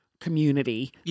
community